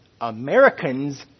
Americans